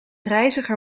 reiziger